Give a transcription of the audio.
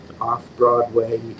off-Broadway